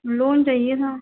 loan चहिए था